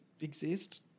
exist